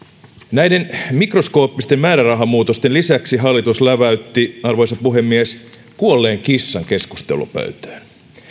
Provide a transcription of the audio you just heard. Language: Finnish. näiden mikroskooppisten määrärahamuutosten lisäksi hallitus läväytti arvoisa puhemies kuolleen kissan keskustelupöytään